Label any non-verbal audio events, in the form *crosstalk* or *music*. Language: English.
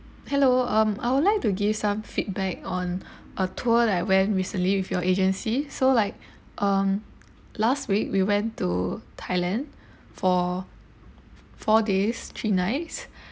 hello um I would like to give some feedback on a tour that I went recently with your agency so like um last week we went to thailand for four days three nights *breath*